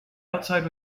outside